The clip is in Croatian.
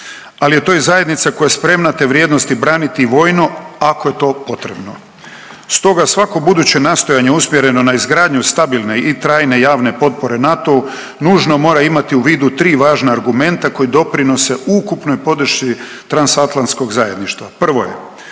ali je to i zajednica koja je spremna te vrijednosti braniti vojno ako je to potrebno. Stoga svako buduće nastojanje usmjereno na izgradnju stabilne i trajne javne potpore NATO-u nužno mora imati u vidu 3 važna argumenta koji doprinose ukupnoj podršci transatlantskog zajedništva. Prvo je